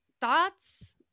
thoughts